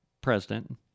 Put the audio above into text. president